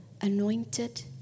anointed